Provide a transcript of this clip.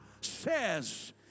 says